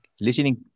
listening